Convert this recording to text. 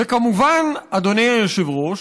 וכמובן, אדוני היושב-ראש,